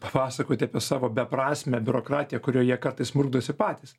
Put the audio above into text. papasakoti apie savo beprasmę biurokratiją kurioje kartais murkdosi patys